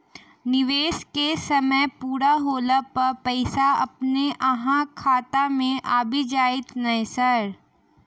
निवेश केँ समय पूरा होला पर पैसा अपने अहाँ खाता मे आबि जाइत नै सर?